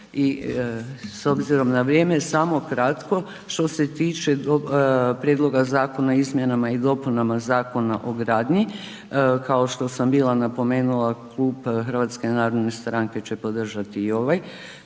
I s obzirom na vrijeme, samo kratko, što se tiče Prijedloga zakona o Izmjenama i dopunama Zakona o gradnji, kao što sam bila napomenula, Klub HNS-a će podržati i ovaj